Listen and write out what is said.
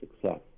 success